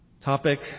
topic